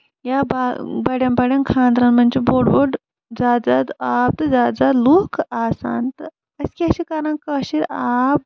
یا بَڈٮ۪ن بَڑٮ۪ن خانٛدرن منٛز چھُ بوٚڑ بوٚڑ زیادٕ زیادٕ آب تہٕ زیادٕ زیادٕ لُکھ آسان تہٕ أسۍ کیاہ چھِ کران کٲشِر آب